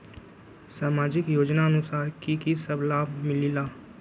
समाजिक योजनानुसार कि कि सब लाब मिलीला?